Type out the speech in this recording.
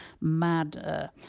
mad